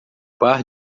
bar